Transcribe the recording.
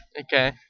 Okay